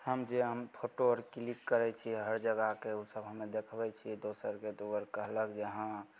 हम जे हम फोटो आर क्लिक करै छिए हर जगहके सब हमे देखबै छिए दोसरके तऽ आर कहलक जे हँ